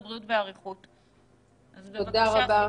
בבקשה.